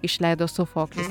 išleido sofoklis